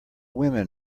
women